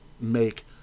make